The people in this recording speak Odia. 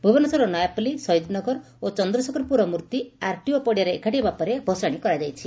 ଭୁବନେଶ୍ୱରର ନୟାପଲ୍ଲୀ ସହିଦନଗର ଏବଂ ଚନ୍ଦ୍ରଶେଖରପୁରର ମୂର୍ଭି ଆର୍ଟିଓ ପଡ଼ିଆରେ ଏକାଠି ହେବା ପରେ ଭସାଣି କରାଯାଇଛି